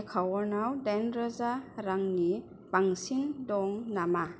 एकाउन्टाव दाइन रोजा रांनि बांसिन दं नामा